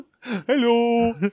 Hello